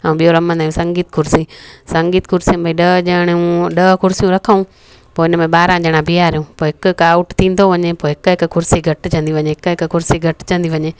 ऐ ॿियो रमंदा आहियूं संगीत कुर्सी संगीत कुर्सी में ॾह ॼणा हू ॾह कुर्सी रखूं पोइ हिनमें ॿारहं ॼणा ॿीहारियूं पोइ हिकु हिकु आउट थींदो वञे पोइ हिकु हिकु कुर्सी घटिजंदी वञे हिकु हिकु कुर्सी घटिजंदी वञे